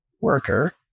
worker